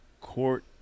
court